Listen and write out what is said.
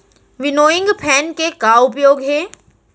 Winnowing fan के का उपयोग हे?